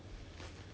ya